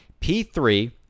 P3